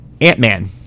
Ant-Man